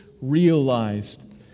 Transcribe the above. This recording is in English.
realized